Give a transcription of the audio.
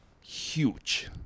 huge